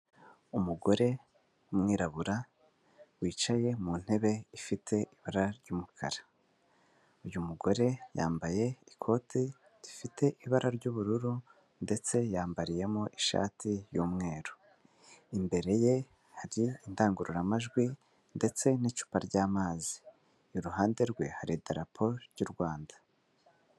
Umugore w'umwirabura wicaye mu ntebe ifite ibara ry'umukara, uyu mugore yambaye ikote rifite ibara ry'ubururu ndetse yambariyemo ishati y'umweru, imbere ye hari indangururamajwi ndetse n'icupa ry'amazi iruhande rwe hari idarapo ry'u Rwanda.